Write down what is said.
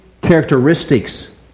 characteristics